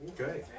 Okay